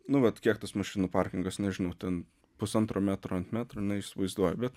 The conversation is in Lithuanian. nu vat kiek tas mašinų parkingas nežinau ten pusantro metro ant metro neįsivaizduoju bet